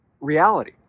reality